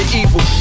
evil